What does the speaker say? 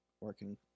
working